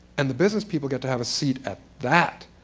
and the business people get to have a seat at that.